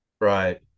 Right